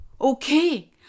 Okay